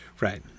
Right